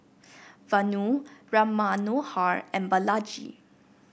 Vanu Ram Manohar and Balaji